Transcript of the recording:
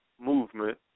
Movement